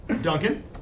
Duncan